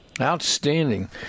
outstanding